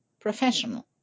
professional